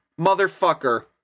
motherfucker